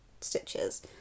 stitches